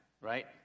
Right